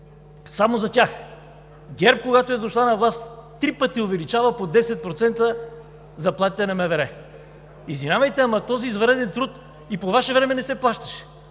Само за тях! Когато ГЕРБ са дошли на власт, три пъти увеличават по 10% заплатите на МВР. Извинявайте, но този извънреден труд и по Ваше време не се плащаше.